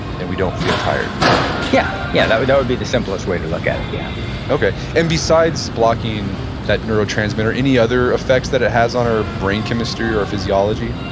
and we don't feel tired yeah, yeah, that would that would be the simplest way to look at it. yeah okay. and besides blocking that neurotransmitter, any other effects that it has on our brain chemistry or physiology?